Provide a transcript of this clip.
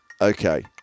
Okay